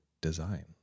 design